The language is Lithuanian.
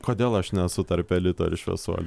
kodėl aš nesu tarp elito ir šviesuolių